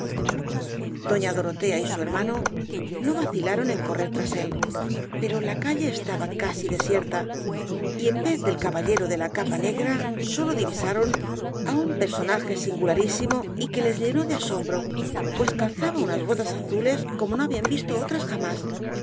doña dorotea y su hermano no vacilaron en correr tras él pero la calle estaba casi desierta y en vez del caballero de la capa negra sólo divisaron á un perel caballero de las botas azules sonaje singularísimo y que les llenó de asombro pues calzaba unas botas azules como no habían visto otras jamás